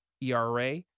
ERA